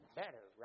better